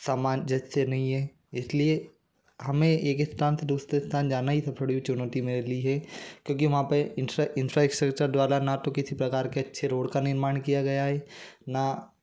सामान जैसे नहीं है इस लिए हमें एक स्थान से दूसरे स्थान जाना ही सब से बड़ी चुनौती मेरे लिए है क्योंकि वहाँ पर इंस्ट्राइंसरचर द्वारा ना तो किसी प्रकार के अच्छे रोड का निर्माण किया गया है ना